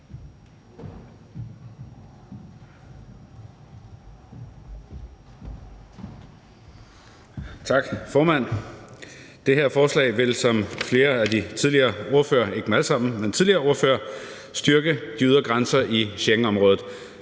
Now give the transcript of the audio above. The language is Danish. Tak, formand. Det her forslag vil, som flere af de tidligere ordførere, ikke dem alle sammen, har sagt, styrke de ydre grænser i Schengenområdet.